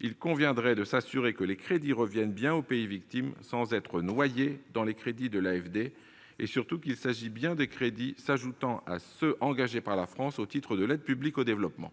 il conviendrait de s'assurer que les crédits reviennent bien aux pays victimes sans être noyés dans ceux de l'Agence et, surtout, qu'il s'agit bien de crédits s'ajoutant à ceux qui sont engagés par la France au titre de l'aide publique au développement.